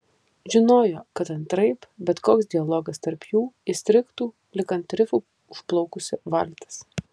žinojo kad antraip bet koks dialogas tarp jų įstrigtų lyg ant rifų užplaukusi valtis